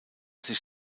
sich